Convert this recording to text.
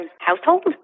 household